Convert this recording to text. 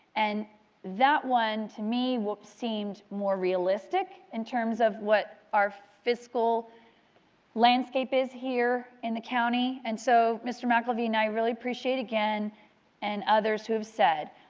and that one, to me, seemed more realistic in terms of what our fiscal landscape is here in the county. and so mr. mcelveen, i really appreciate again and others who have said,